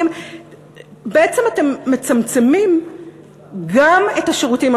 בעצם אתם מצמצמים גם את השירותים,